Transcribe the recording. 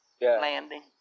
landing